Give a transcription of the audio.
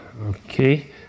okay